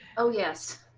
oh, yes.